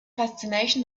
fascination